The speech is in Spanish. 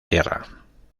tierra